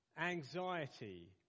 anxiety